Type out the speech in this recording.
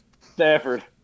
Stafford